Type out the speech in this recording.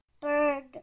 Bird